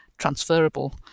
Transferable